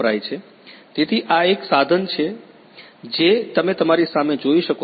તેથી આ એક સાધન છે જે તમે તમારી સામે જોઈ શકો છો